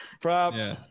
Props